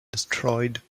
detroit